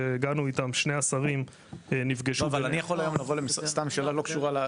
ושני השרים נפגשו --- סתם שאלה שלא קשורה,